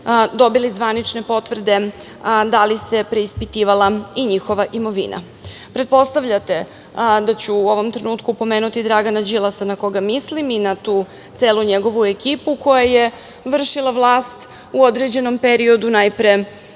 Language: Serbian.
dobili zvanične potvrde da li se preispitivala i njihova imovina. Pretpostavljate da ću u ovom trenutku pomenuti Dragana Đilasa na koga mislim i na tu celu njegovu ekipu koja je vršila vlast u određenom periodu, najpre